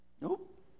nope